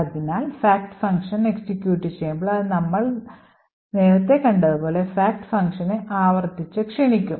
അതിനാൽ fact function execute ചെയ്യുമ്പോൾ അത് നമ്മൾ നേരത്തെ കണ്ടതുപോലെ fact ഫംഗ്ഷനെ ആവർത്തിച്ച്ക്ഷണിക്കും